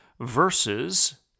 versus